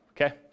okay